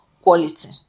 quality